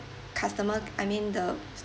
customer I mean the